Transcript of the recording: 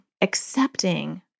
accepting